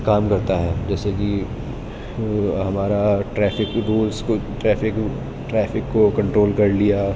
کام کرتا ہے جیسے کہ ہمارا ٹریفک رولس ٹریفک ٹریفک کو کنٹرول کر لیا